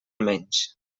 menys